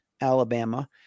Alabama